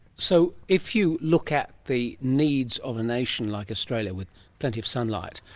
so if you look at the needs of a nation like australia with plenty of sunlight,